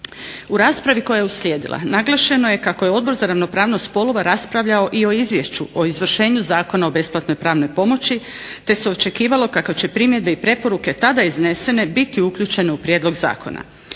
U raspravi koja je uslijedila naglašeno je kako je Odbor za ravnopravnost spolova raspravljao i o Izvješću o izvršenju Zakona o besplatnoj pravnoj pomoći te se očekivalo kako će primjedbe i preporuke tada iznesene biti uključene u prijedlog zakona.